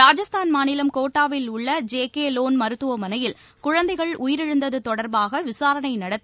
ராஜஸ்தான் மாநிலம் கோட்டாவில் உள்ள ஜேகேலோன் மருத்துவமனையில் குழந்தைகள் உயிரிழந்தது தொடர்பாக விசாரணை நடத்த